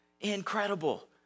Incredible